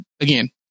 Again